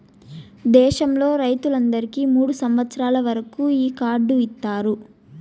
దేశంలో రైతులందరికీ మూడు సంవచ్చరాల వరకు ఈ కార్డు ఇత్తారు